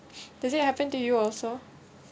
does it happen to you also